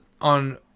on